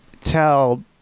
tell